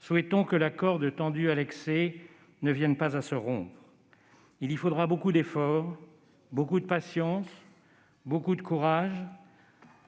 Souhaitons que la corde tendue à l'excès ne vienne pas à se rompre. Il y faudra beaucoup d'efforts, de patience, de courage.